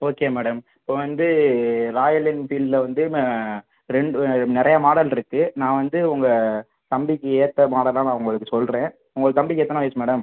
okay madam இப்போ வந்து Royal என்ஃபீல்ட்டில் வந்து நான் ரெண்டு நிறையா மாடல் இருக்குது நான் வந்து உங்கள் தம்பிக்கு ஏற்ற மாடலாக நான் உங்களுக்கு சொல்கிறேன் உங்கள் தம்பிக்கு எத்தனை வயது மேடம்